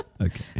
Okay